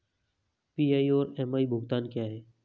PI और MI भुगतान क्या हैं?